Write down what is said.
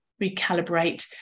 recalibrate